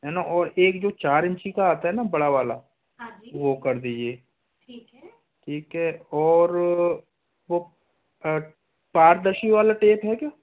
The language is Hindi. है ना और एक जो चार इंची का आता है ना बड़ा वाला वो कर दीजिए ठीक है और वो पारदर्शी वाला टेप है क्या